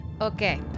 Okay